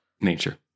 nature